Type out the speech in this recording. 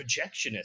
projectionist